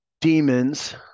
demons